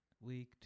week